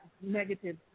negative